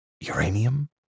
Uranium